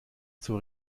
zur